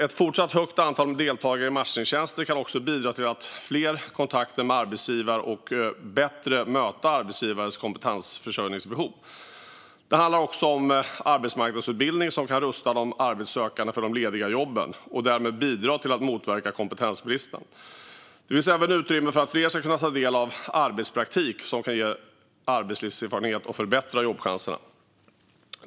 Ett fortsatt högt antal deltagare i matchningstjänster kan också bidra till fler kontakter med arbetsgivare och till att arbetsgivares kompetensförsörjningsbehov bättre kan mötas. Det handlar också om arbetsmarknadsutbildning som kan rusta de arbetssökande för de lediga jobben och därmed bidra till att motverka kompetensbristen. Det finns även utrymme för att fler ska kunna ta del av arbetspraktik som kan ge arbetslivserfarenhet och förbättra jobbchanserna.